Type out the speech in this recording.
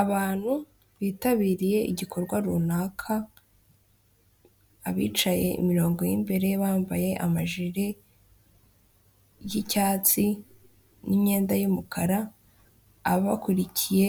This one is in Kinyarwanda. Abantu bitabiriye igikorwa runaka abicaye ku mirongo yimbere bambaye amajiri y'icyatsi n'imyenda y'umukara abakurikiye